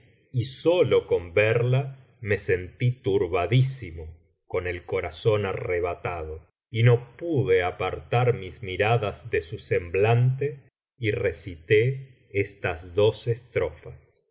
y sólo con verla me sentí turbadísimo con el corazón arrebatado y no pude apartar mis miradas de su semblante y recité estas dos estrofas